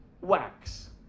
wax